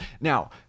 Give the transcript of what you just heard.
now